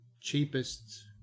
cheapest